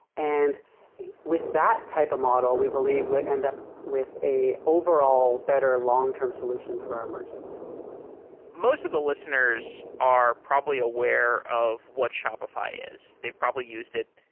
and with that type of model, we believe we'll end up with an overall better, long-term solution for our merchants most of the listeners are probably aware of what shopify is. they probably used it.